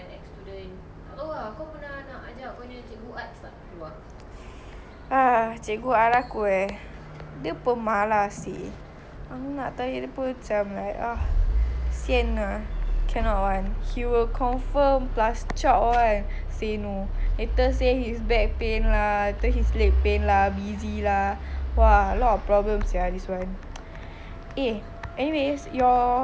!wah! cikgu art aku eh dia pemarah seh aku nak tanya dia pun macam like uh lah cannot [one] he will confirm plus chop ah say no later say his back pain lah later his leg pain lah busy lah !wah! a lot of problem sia this [one] eh anyways your kawan kawan secondary school tu where are they dorang semua dah lain lain route kan